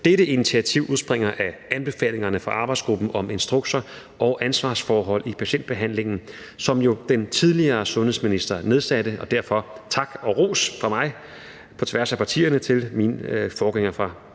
Dette initiativ udspringer af anbefalingerne fra arbejdsgruppen om instrukser og ansvarsforhold i patientbehandlingen, som den tidligere sundhedsminister jo nedsatte på tværs af partierne, og derfor tak